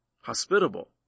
hospitable